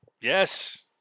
Yes